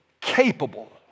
capable